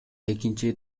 экинчи